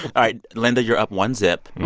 right, linda, you're up one-zip.